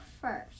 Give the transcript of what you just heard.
first